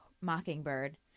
Mockingbird